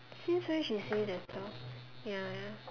since when she say there's twelve ya ya